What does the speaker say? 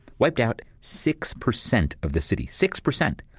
wiped out six percent of the city. six percent!